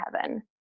heaven